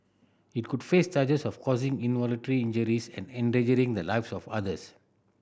it could face charges of causing involuntary injuries and endangering the lives of others